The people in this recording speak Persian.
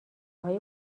های